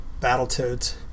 Battletoads